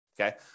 okay